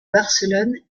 barcelone